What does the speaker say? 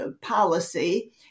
policy